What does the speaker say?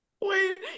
Wait